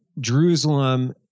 Jerusalem